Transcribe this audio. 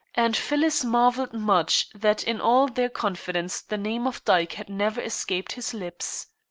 and phyllis marvelled much that in all their confidence the name of dyke had never escaped his lips.